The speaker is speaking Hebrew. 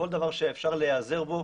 כל דבר שאפשר להיעזר בו